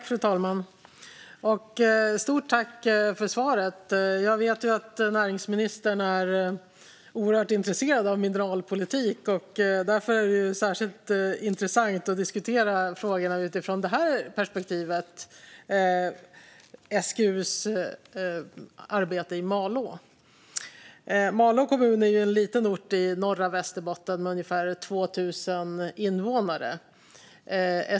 Fru talman! Stort tack för svaret, näringsministern! Jag vet att näringsministern är oerhört intresserad av mineralpolitik. Därför är det särskilt intressant att diskutera frågorna utifrån det här perspektivet - SGU:s arbete i Malå. Malå är en liten ort i norra Västerbotten med ungefär 2 000 invånare.